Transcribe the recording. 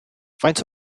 faint